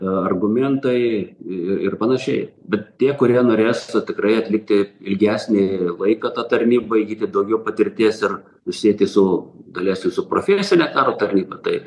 argumentai ir panašiai bet tie kurie norės tikrai atlikti ilgesnį laiką ta tarnyba įgyti daugiau patirties ir susieti su galės jau su profesine karo tarnyba tai